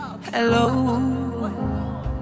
Hello